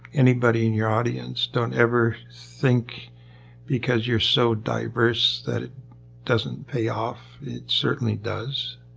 anybody in your audience, don't ever think because you're so diverse that it doesn't pay off. it certainly does,